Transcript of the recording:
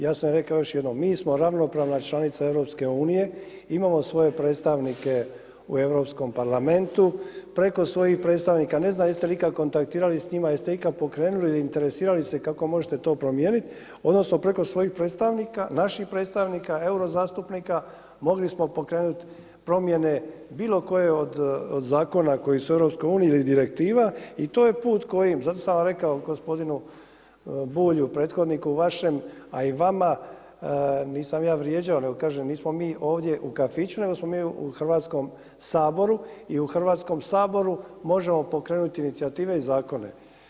Ja sam rekao još jednom, mi smo ravnopravna članica EU imamo svoje predstavnike u Europskom parlamentu, preko svojih predstavnika, ne znam jeste li ikada kontaktirali s njima, jeste ikada pokrenuli ili interesirali se kako to možete promijeniti odnosno preko svojih predstavnika, naših predstavnika euro zastupnika mogli smo pokrenut promjene bilo koje od zakona koji su u EU ili direktiva i to je put kojim, zato sam vam i rekao gospodinu Bulju prethodniku vašem, a i vama nisam ja vrijeđao nismo mi ovdje u kafiću nego smo mi u Hrvatskom saboru i u Hrvatskom saboru možemo pokrenuti inicijative i zakone.